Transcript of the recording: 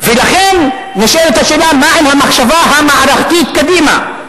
ולכן, נשאלת השאלה מה עם המחשבה המערכתית קדימה.